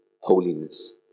holiness